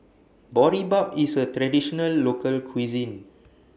Boribap IS A Traditional Local Cuisine